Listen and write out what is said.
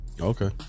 Okay